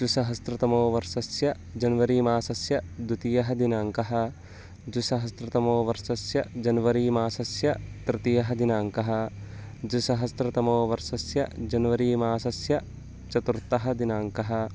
द्विसहस्रतमो वर्षस्य जन्वरि मासस्य द्वितीयः दिनाङ्कः द्विसहस्रतमो वर्षस्य जन्वरि मासस्य तृतीयः दिनाङ्कः द्विसहस्रतमो वर्षस्य जनवरि मासस्य चतुर्थः दिनाङ्कः